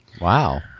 wow